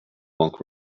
monk